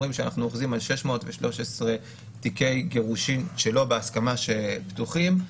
רואים שאנחנו אוחזים 613 תיקי גירושין שלא בהסכמה שעדיין פתוחים.